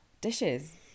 dishes